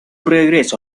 regreso